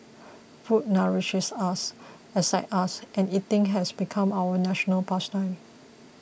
food nourishes us excites us and eating has become our national past time